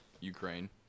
Ukraine